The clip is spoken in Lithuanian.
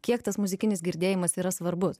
kiek tas muzikinis girdėjimas yra svarbus